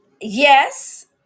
yes